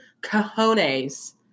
cojones